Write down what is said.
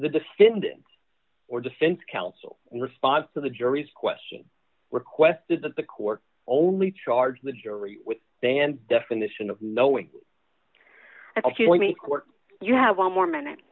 the defendant or defense counsel in response to the jury's question requested that the court only charge the jury with band definition of knowing when the court you have one more minute